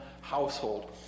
household